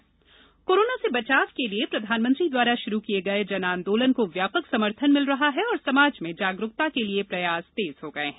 जन आंदोलन अपील कोरोना से बचाव के लिए प्रधानमंत्री द्वारा शुरू किये गये जन आंदोलन को व्यापक समर्थन मिल रहा है और समाज में जागरूकता के लिए प्रयास तेज हो गये है